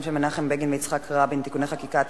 של מנחם בגין ויצחק רבין (תיקוני חקיקה),